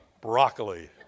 broccoli